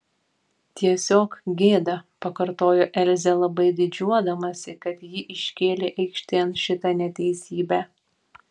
tiesiog gėda pakartojo elzė labai didžiuodamasi kad ji iškėlė aikštėn šitą neteisybę